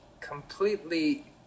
completely